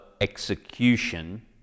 execution